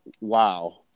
Wow